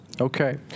Okay